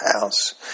house